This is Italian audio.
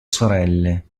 sorelle